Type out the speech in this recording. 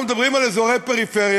אנחנו מדברים על אזורי פריפריה,